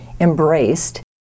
embraced